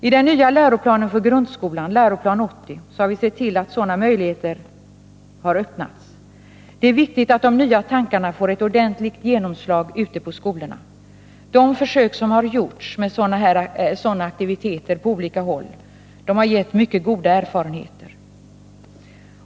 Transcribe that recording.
I den nya läroplanen för grundskolan, Lgr 80, har vi sett till att sådana här möjligheter har öppnats. Det är viktigt att de nya tankarna får ett ordentligt genomslag ute på skolorna. De försök som har gjorts med sådana aktiviteter på olika håll har gett mycket goda erfarenheter.